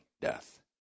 death